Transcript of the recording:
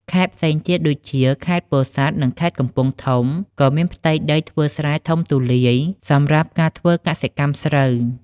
ខេត្តផ្សេងទៀតដូចជា ខេត្តពោធិ៍សាត់ និងខេត្តកំពង់ធំ ក៏មានផ្ទៃដីធ្វើស្រែធំទូលាយសម្រាប់ការធ្វើកសិកម្មស្រូវ។